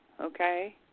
okay